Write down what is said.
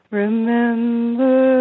remember